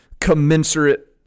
commensurate